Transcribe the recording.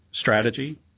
strategy